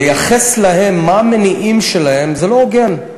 לייחס להם מה המניעים שלהם, זה לא הוגן.